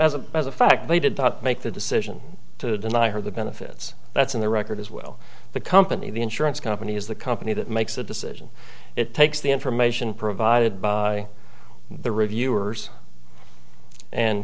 a fact they did not make the decision to deny her the benefits that's on the record as well the company the insurance company is the company that makes the decision it takes the information provided by the reviewers and